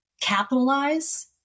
capitalize